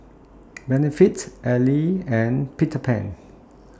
Benefit Elle and Peter Pan